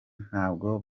ntabwo